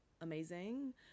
amazing